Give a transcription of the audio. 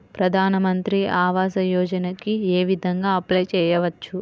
ప్రధాన మంత్రి ఆవాసయోజనకి ఏ విధంగా అప్లే చెయ్యవచ్చు?